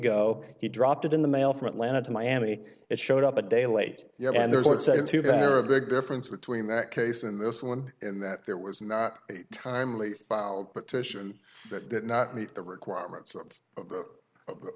go he dropped it in the mail from atlanta to miami it showed up a day late and there was that said to there a big difference between that case and this one and that there was not timely filed petition that that not meet the requirements of the law the